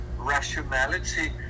rationality